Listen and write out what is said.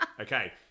Okay